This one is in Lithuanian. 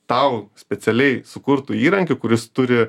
tau specialiai sukurtu įrankiu kuris turi